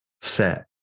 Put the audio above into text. set